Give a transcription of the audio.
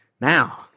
Now